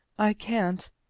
i can't,